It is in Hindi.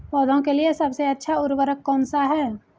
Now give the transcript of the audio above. पौधों के लिए सबसे अच्छा उर्वरक कौन सा है?